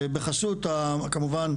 בחסות כמובן,